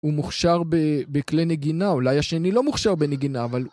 הוא מוכשר ב-בכלי נגינה, אולי השני לא מוכשר בנגינה, אבל...